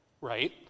right